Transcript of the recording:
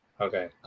Okay